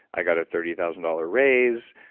i got a thirty thousand dollar raise,